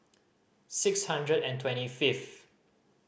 six hundred and twenty fifth